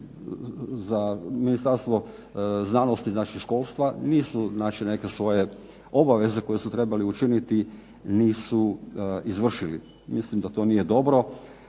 Ministarstvo znanosti, znači školstva. Nisu znači neke svoje obaveze koje su trebali učiniti nisu izvršili. Mislim da to nije dobro,